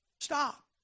stop